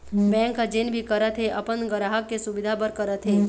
bank ह जेन भी करत हे अपन गराहक के सुबिधा बर करत हे